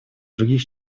других